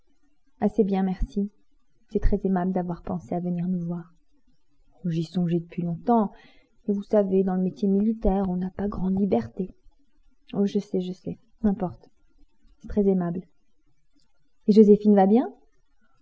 assez bien merci c'est très aimable d'avoir pensé à venir nous voir oh j'y songeais depuis longtemps mais vous savez dans le métier militaire on n'a pas grande liberté oh je sais je sais n'importe c'est très aimable et joséphine va bien